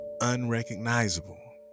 unrecognizable